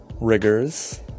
riggers